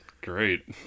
great